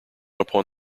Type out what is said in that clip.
upon